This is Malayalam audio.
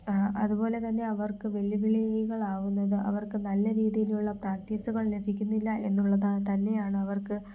അതുപോലെ തന്നെ അവർക്ക് വെല്ലുവിളികളാവുന്നത് അവർക്ക് നല്ല രീതിയിലുള്ള പ്രാക്റ്റീസുകൾ ലഭിക്കുന്നില്ല എന്നുള്ളതാണ് തന്നെയാണ് അവർക്ക്